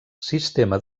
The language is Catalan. sistema